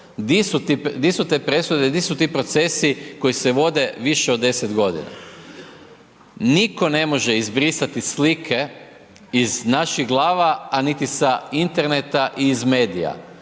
Di su te presude i di su ti procesi koji se vode više od 10 godina? Nitko ne može izbrisati slike iz naših glava, a niti sa interneta i iz medija.